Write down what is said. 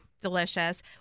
Delicious